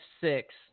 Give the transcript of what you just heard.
six